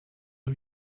who